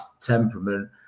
temperament